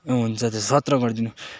ए हुन्छ सत्र गरिदिनु